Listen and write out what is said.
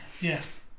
Yes